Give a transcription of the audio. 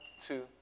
two